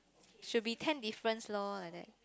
should be ten differences lor like that